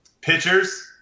pitchers